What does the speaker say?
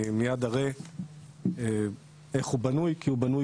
אני מייד אראה איך הוא בנוי כי הוא בנוי